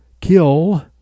kill